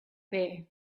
there